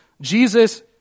Jesus